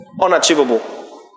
unachievable